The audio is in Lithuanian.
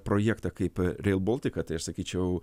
projektą kaip reil boltiką tai aš sakyčiau